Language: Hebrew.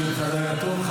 שיהיה לך לילה טוב.